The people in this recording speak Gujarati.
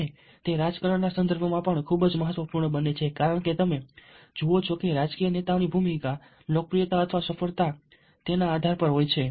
અને તે રાજકારણના સંદર્ભમાં પણ ખૂબ જ મહત્વપૂર્ણ બને છે કારણ કે તમે જુઓ છો કે રાજકીય નેતાઓની ભૂમિકા લોકપ્રિયતા અથવા સફળતા તેનોઆધાર આના પર હોય છે